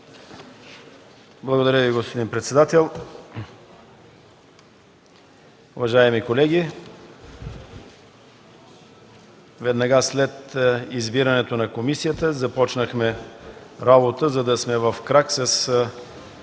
Благодаря Ви, господин председател. Уважаеми колеги, веднага след избирането на комисията започнахме работа, за да сме в крак с